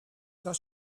does